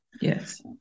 yes